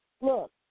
Look